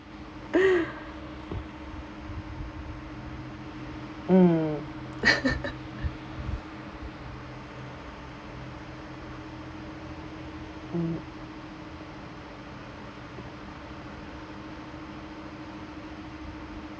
mm mm